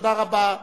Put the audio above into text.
תודה רבה.